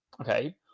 okay